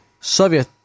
Soviet